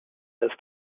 ist